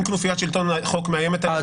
אם כנופיית שלטון החוק מאיימת עליך,